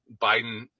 Biden